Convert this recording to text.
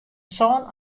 sân